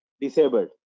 Disabled